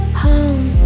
home